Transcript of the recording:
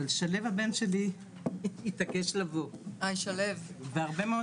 אבל שליו הבן שלי התעקש לבוא והרבה מאוד